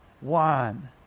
One